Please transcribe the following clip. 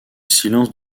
silence